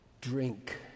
drink